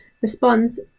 responds